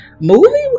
movie